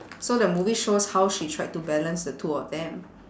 so the movie shows how she tried to balance the two of them